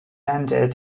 ended